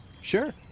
Sure